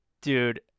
Dude